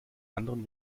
anderen